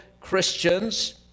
Christians